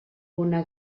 bona